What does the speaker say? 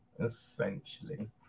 essentially